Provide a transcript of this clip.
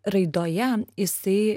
raidoje jisai